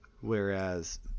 Whereas